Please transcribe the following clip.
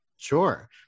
Sure